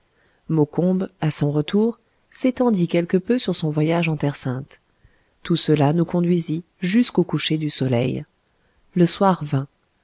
maucombe à son retour s'étendit quelque peu sur son voyage en terre sainte tout cela nous conduisit jusqu'au coucher du soleil le soir vint